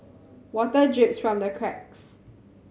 water drips from the cracks